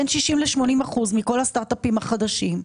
בן 60 ל-80 אחוזים מכל הסטארט-אפים החדשים,